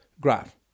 graph